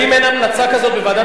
האם אין המלצה כזאת בוועדת,